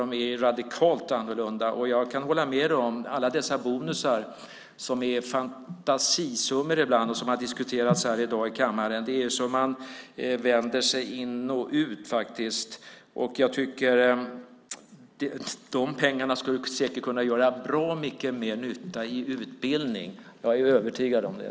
Nu är de radikalt annorlunda jämfört med då, och jag kan hålla med dig om att alla dessa bonusar, som består av fantasisummor ibland, som har diskuterats här i dag i kammaren - det är så att man vänder sig in och ut, faktiskt - de pengarna skulle säkert kunna göra bra mycket mer nytta i utbildning. Jag är övertygad om det.